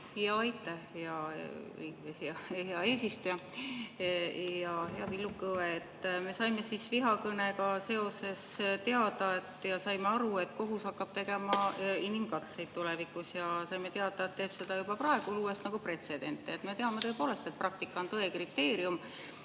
Aitäh, hea eesistuja! Hea Villu Kõve! Me saime vihakõnega seoses teada ja saime aru, et kohus hakkab tegema inimkatseid tulevikus. Ja saime teada, et ta teeb seda juba praegu, luues pretsedente. Me teame tõepoolest, et praktika on tõe kriteerium.